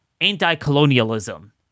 anti-colonialism